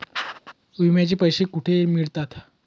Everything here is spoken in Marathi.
विम्याचे पैसे कुठे मिळतात?